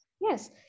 Yes